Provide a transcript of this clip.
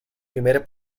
primer